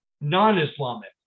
non-Islamic